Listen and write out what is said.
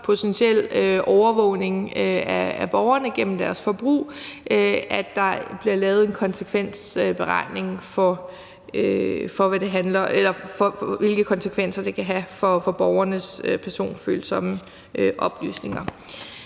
potentiel overvågning af borgerne igennem deres forbrug, laver en konsekvensberegning af, hvilke konsekvenser det kan have for borgernes personfølsomme oplysninger.